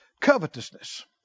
Covetousness